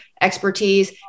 expertise